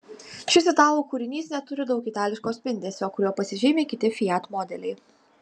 šis italų kūrinys neturi daug itališko spindesio kuriuo pasižymi kiti fiat modeliai